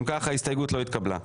אם כך ההסתייגות לא התקבלה.